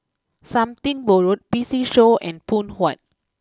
something Borrowed P C show and Phoon Huat